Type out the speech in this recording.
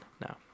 No